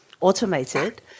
automated